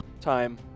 Time